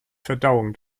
verdauung